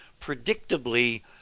predictably